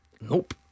Nope